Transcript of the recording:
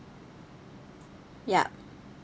yup